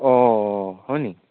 অঁ হয় নেকি